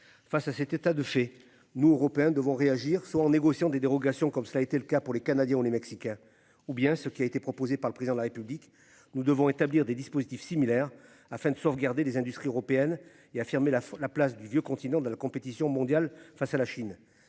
Face à cet état de fait nous européens devons réagir soit en négociant des dérogations comme ça a été le cas pour les Canadiens ou les mexicains ou bien ce qui a été proposé par le président de la République. Nous devons établir des dispositifs similaires afin de sauvegarder les industries européennes et affirmé la la place du Vieux Continent dans la compétition mondiale face à la Chine.